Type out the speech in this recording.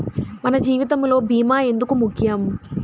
మన జీవితములో భీమా ఎందుకు ముఖ్యం?